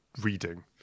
reading